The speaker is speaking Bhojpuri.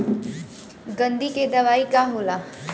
गंधी के दवाई का होला?